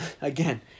Again